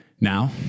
Now